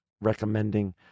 recommending